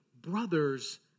Brothers